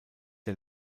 der